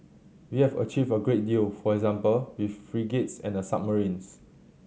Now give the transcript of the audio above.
we have achieved a great deal for example with frigates and the submarines